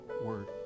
word